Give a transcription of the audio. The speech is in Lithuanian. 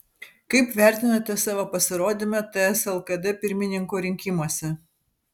kaip vertinate savo pasirodymą ts lkd pirmininko rinkimuose